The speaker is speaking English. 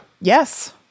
Yes